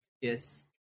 Yes